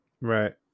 right